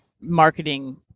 marketing